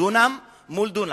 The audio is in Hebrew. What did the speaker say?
דונם מול דונם.